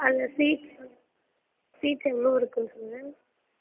அதில் seats seat எவ்வளோ இருக்கும்னு சொல்லுங்கள்